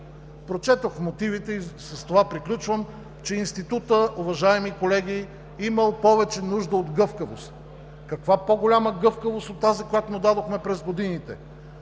Прочетох мотивите, и с това приключвам, че Институтът, уважаеми колеги, имал повече нужда от гъвкавост. Каква по-голяма гъвкавост от тази, която му дадохме през годините?!